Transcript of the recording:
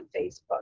Facebook